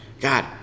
God